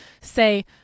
say